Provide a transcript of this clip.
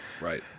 Right